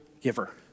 giver